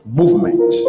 movement